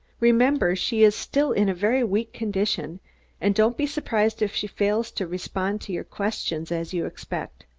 remember, she is still in a very weak condition and don't be surprised if she fails to respond to your questions as you expect.